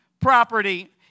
property